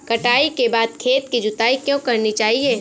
कटाई के बाद खेत की जुताई क्यो करनी चाहिए?